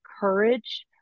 courage